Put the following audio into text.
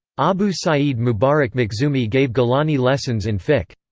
abu saeed mubarak makhzoomi gave gilani lessons in fiqh.